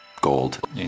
gold